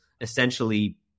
essentially